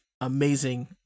Amazing